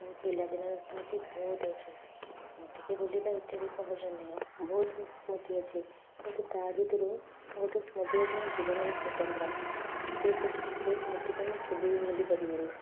ମୋ ପିଲାଦିନର ସ୍ମୃତି ବହୁତ ଅଛି ସ୍ମୃତିକି ଭୁଲିବା ଏତେ ବି ସହଜ ନୁହେଁ ବହୁତ ସ୍ମୃତି ଅଛି କିନ୍ତୁ ତା ଭିତରୁ ଗୋଟେ ସ୍ମୃତି ଅଛି ମୋ ଜୀବନରେ ସ୍ୱତନ୍ତ୍ର ସେ ସେ ସ୍ମୃତିକି ପାଇଁ ମୁଁ କେବେବି ଭୁଲି ପାରିବିନି